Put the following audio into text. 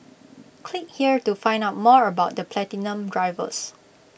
click here to find out more about the platinum drivers